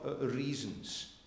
reasons